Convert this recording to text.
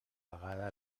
vegada